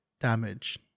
damage